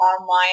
online